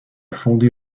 fondé